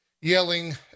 yelling